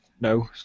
no